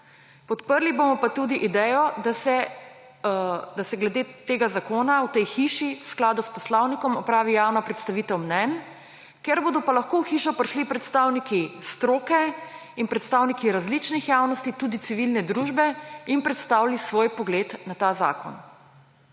Podprli bomo pa tudi idejo, da se glede tega zakona v tej hiši v skladu s poslovnikom opravi javna predstavitev mnenj, da bodo lahko v hišo prišli predstavniki stroke in predstavniki različnih javnosti, tudi civilne družbe in predstavili svoj pogled na ta zakon.